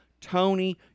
Tony